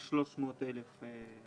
לגבי הסכום של מעל 300,000 שקלים.